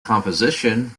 composition